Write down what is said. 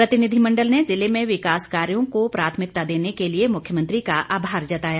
प्रतिनिधिमंडल ने जिले में विकास कार्यों को प्राथमिकता देने के लिए मुख्यमंत्री का आभार जताया